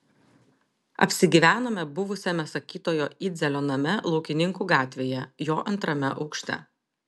apsigyvenome buvusiame sakytojo idzelio name laukininkų gatvėje jo antrame aukšte